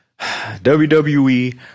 WWE